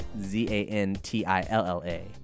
Z-A-N-T-I-L-L-A